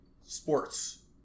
sports